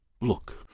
Look